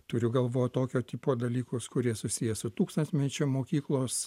turiu galvo tokio tipo dalykus kurie susiję su tūkstantmečio mokyklos